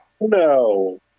No